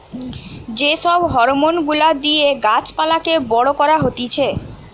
যে সব হরমোন গুলা দিয়ে গাছ পালাকে বড় করা হতিছে